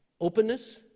openness